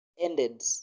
ended